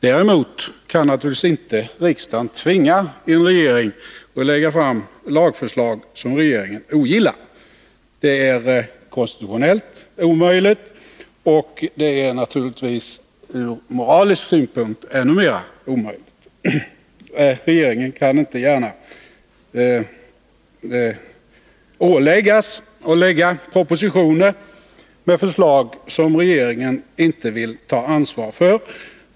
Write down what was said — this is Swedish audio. Däremot kan naturligtvis inte riksdagen tvinga en regering att lägga fram lagförslag som regeringen ogillar — det är konstitutionellt omöjligt och naturligtvis ur moralisk synpunkt ännu mer omöjligt Regeringen kan inte gärna åläggas att lägga propositioner med förslag som regeringen inte vill ta ansvar för.